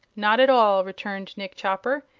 not at all, returned nick chopper.